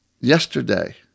Yesterday